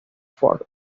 ford